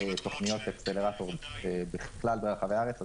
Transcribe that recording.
לתכניות מאיצים בכלל ברחבי הארץ.